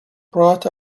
brought